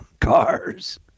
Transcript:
cars